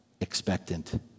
expectant